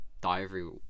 Diary